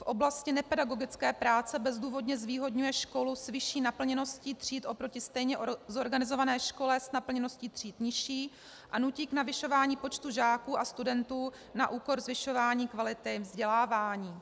V oblasti nepedagogické práce bezdůvodně zvýhodňuje školu s vyšší naplněností tříd oproti stejně zorganizované škole s naplněností tříd nižší a nutí k navyšování počtu žáků a studentů na úkor zvyšování kvality vzdělávání.